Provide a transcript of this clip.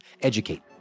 Educate